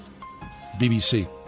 BBC